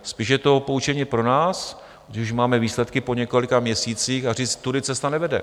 Spíš je to poučení pro nás, když už máme výsledky po několika měsících, a říct tudy cesta nevede.